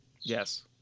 Yes